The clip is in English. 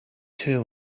too